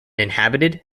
inhabited